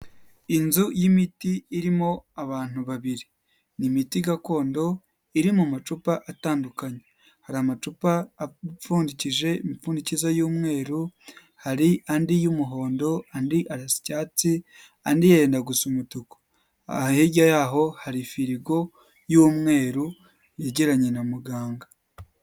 Inzu y'imiti irimo abantu babiri ni imiti gakondo iri mu macupa atandukanye, hari amacupa apfundikije imipfundikizo y'umweru, hari andi y'umuhondo, andi arasa icyatsi, andi yenda gusa umutuku, hirya yaho hari firigo y'umweru yegeranye na muganga.